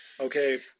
Okay